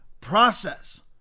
process